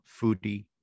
foodie